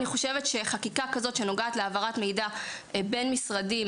אני חושבת שחקיקה כזאת שנוגעת להעברת מידע בין משרדים